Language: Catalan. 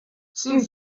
cinc